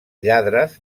lladres